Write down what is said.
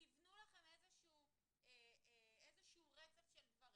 תבנו לכם איזשהו רצף של דברים,